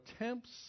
attempts